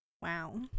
Wow